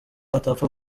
atapfa